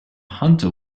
hunter